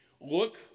look